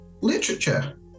literature